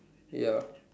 ya